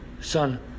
Son